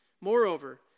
Moreover